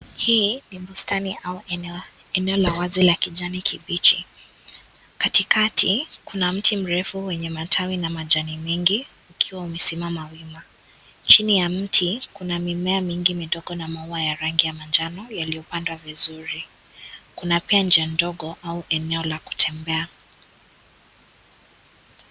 Hii ni bustani au eneo la wazi la kijani kibichi. Katikati, kuna mti mrefu wenye matawi na majani mingi ukiwa umesimama wima. Chini na mti, kuna mimea mingi midogo na maua ya rangi ya manjano yaliyopandwa vizuri. Kuna pia, njia ndogo au eneo la kutembea.